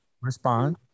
respond